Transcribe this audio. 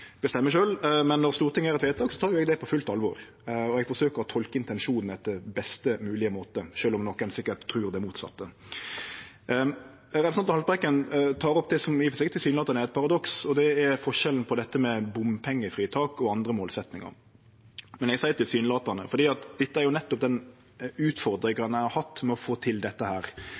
bestemme sjølv. Når Stortinget gjer eit vedtak, tek eg det på fullt alvor, og eg forsøkjer å tolke intensjonen på best moglege måte, sjølv om nokon sikkert trur det motsette. Representanten Haltbrekken tek opp det som i og for seg tilsynelatande er eit paradoks, og det er forskjellen på dette med bompengefritak og andre målsetjingar. Eg seier tilsynelatande, for dette er nettopp den utfordringa ein har hatt med å få til dette,